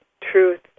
truth